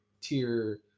tier